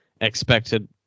expected